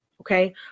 Okay